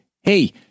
hey-